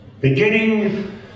Beginning